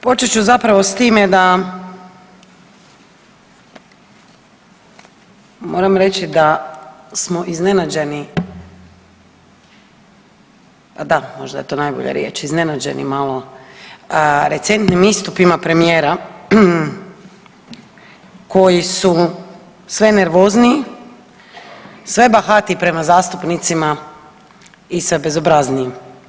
Počet ću zapravo s time da moram reći da smo iznenađeni, da, možda je to najbolja riječ iznenađeni malo recentnim istupima premijera koji su sve nervozniji, sve bahatiji prema zastupnicima i sve bezobrazniji.